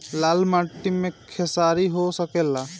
लाल माटी मे खेसारी हो सकेला?